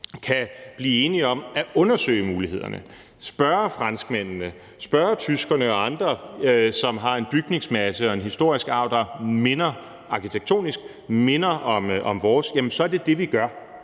kan blive enige om at undersøge mulighederne, spørge franskmændene, spørge tyskerne og andre, som har en bygningsmasse og en historisk arv, der arkitektonisk minder om vores, så er det det, vi gør.